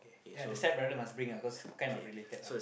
ya the stepbrother must bring ah cause kind of related what